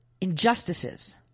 injustices